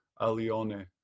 Alione